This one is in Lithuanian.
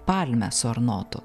palmę su arnotu